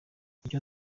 icyo